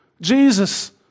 Jesus